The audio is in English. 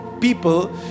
people